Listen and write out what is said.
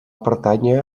pertànyer